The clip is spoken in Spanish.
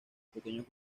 pequeños